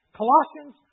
Colossians